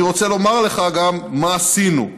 אני רוצה לומר לך גם מה עשינו.